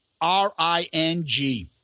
r-i-n-g